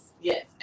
Yes